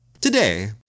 Today